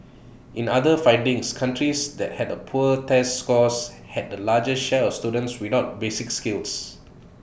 in other findings countries that had A poor test scores had the largest share of students without basic skills